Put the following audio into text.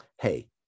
hey